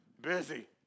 Busy